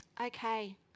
Okay